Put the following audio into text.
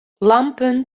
lampen